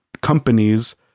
companies